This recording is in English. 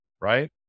right